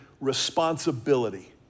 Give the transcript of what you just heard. responsibility